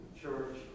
church